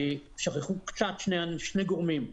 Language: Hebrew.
שכחו קצת שני גורמים: